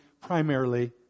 primarily